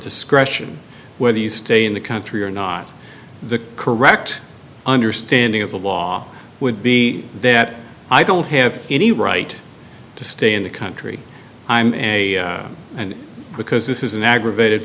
discretion whether you stay in the country or not the correct understanding of the law would be that i don't have any right to stay in the country i'm a and because this is an aggravated